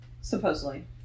Supposedly